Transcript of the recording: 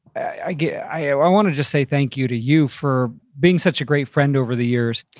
i yeah i wanted to say thank you to you for being such a great friend over the years.